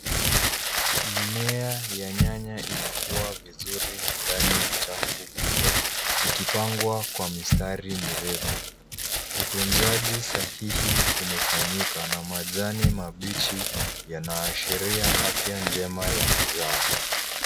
Mimea ya nyanya inakuwa vizuri ndani ya chafu kubwa ikipangwa kwa mistari mirefu. Utunzaji sahihi umefanyika na majani mabichi yanaashiria afya njema ya mazao.